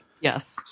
Yes